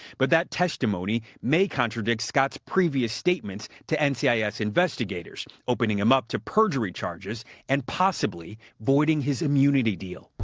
but that testimony may contradict scott's previous statements to and ncis ah investigators opening him up to perjury charges and possibly voiding his immunity deal.